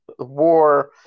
war